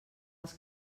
els